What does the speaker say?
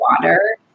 water